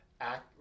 act